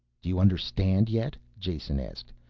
do you understand yet? jason asked.